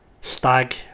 stag